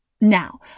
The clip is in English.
Now